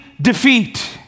defeat